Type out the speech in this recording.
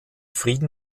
frieden